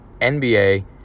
NBA